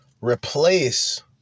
replace